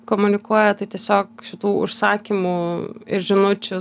komunikuoja tai tiesiog šitų užsakymų ir žinučių